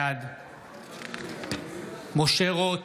בעד משה רוט,